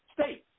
States